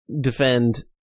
defend